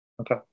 Okay